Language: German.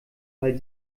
weil